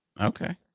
Okay